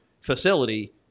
facility